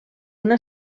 una